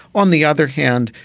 on the other hand,